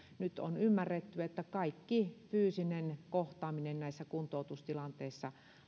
nyt on ymmärretty että kaikki fyysinen kohtaaminen näissä kuntoutustilanteissa